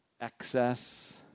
excess